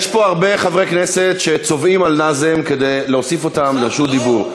יש פה הרבה חברי כנסת שצובאים על נאזם כדי להוסיף אותם לרשימת הדוברים.